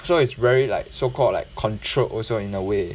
so it's very like so called like controlled also in a way